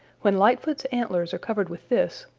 when lightfoot's antlers are covered with this,